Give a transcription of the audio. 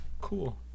cool